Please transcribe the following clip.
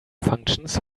functions